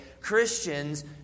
Christians